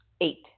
Eight